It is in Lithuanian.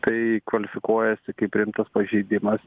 tai kvalifikuojasi kaip rimtas pažeidimas